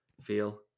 feel